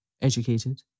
educated